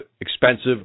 expensive